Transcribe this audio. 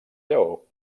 lleó